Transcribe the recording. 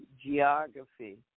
geography